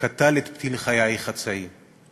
קטל את פתיל חייך הצעיר.